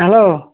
hello